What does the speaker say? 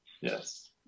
yes